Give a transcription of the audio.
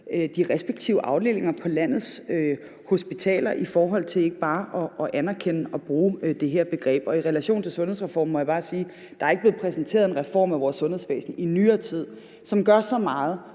de respektive afdelinger på landets hospitaler, og ikke bare i forhold til at anerkende og bruge det her begreb. I relation til sundhedsreformen må jeg også bare sige, at der ikke i nyere tid er blevet præsenteret en reform af vores sundhedsvæsen, som gør så meget